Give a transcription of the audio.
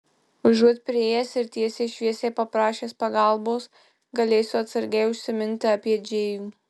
užuot priėjęs ir tiesiai šviesiai paprašęs pagalbos galėsiu atsargiai užsiminti apie džėjų